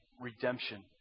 redemption